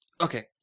okay